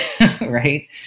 right